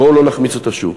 בואו לא נחמיץ אותה שוב.